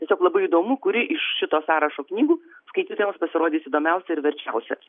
tiesiog labai įdomu kuri iš šito sąrašo knygų skaitytojams pasirodys įdomiausia ir verčiausia